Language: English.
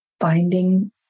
finding